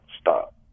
stop